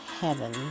heaven